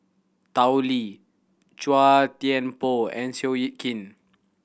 Tao Li Chua Thian Poh and Seow Yit Kin